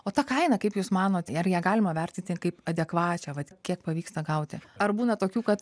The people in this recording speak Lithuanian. o ta kaina kaip jūs manot ar ją galima vertyti kaip adekvačią vat kiek pavyksta gauti ar būna tokių kad